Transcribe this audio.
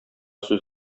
сүз